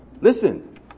Listen